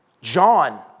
John